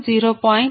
2084 0